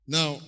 Now